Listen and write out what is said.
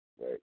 Right